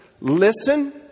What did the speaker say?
listen